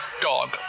Dog